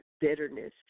bitterness